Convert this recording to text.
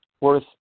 worth